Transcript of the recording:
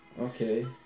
Okay